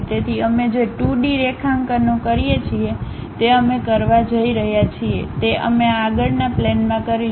તેથી અમે જે 2 D રેખાંકનો કરીએ છીએ તે અમે કરવા જઈ રહ્યા છીએ તે અમે આ આગળના પ્લેનમાં કરીશું